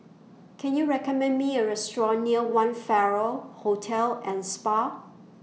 Can YOU recommend Me A Restaurant near one Farrer Hotel and Spa